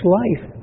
life